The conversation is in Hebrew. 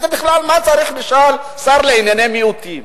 מה בכלל צריך למשל שר לענייני מיעוטים?